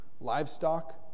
livestock